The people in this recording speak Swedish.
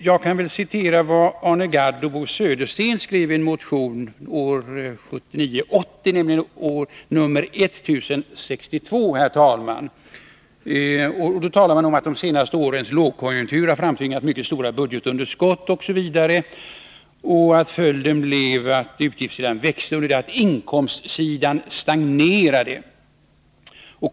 Jag kan väl citera vad Arne Gadd och Bo Södersten skrev i en motion år 1979/80, nr 1062: De talade där om att de ”senaste årens lågkonjunkturer har framtvingat mycket stora budgetunderskott” och fortsatte: ”Följden blev att utgiftssidan växte under det att inkomstsidan stagnerade.